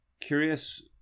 curious